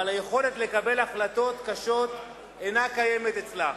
אבל היכולת לקבל החלטות קשות אינה קיימת אצלה".